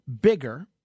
bigger